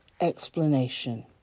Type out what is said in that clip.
explanation